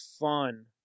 fun